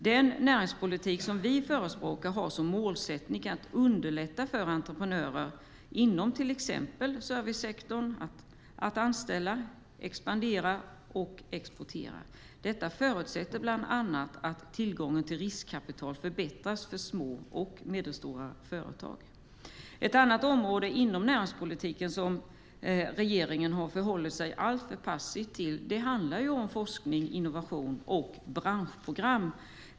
Den näringspolitik som vi förespråkar har som målsättning att underlätta för entreprenörer inom till exempel servicesektorn att anställa, expandera och exportera. Detta förutsätter bland annat att tillgången på riskkapital förbättras för små och medelstora företag. Andra områden inom näringspolitiken som regeringen har förhållit sig alltför passiv till är forskning, innovation och branschprogram.